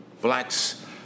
Blacks